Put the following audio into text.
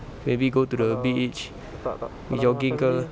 maybe go to the beach pergi jogging ke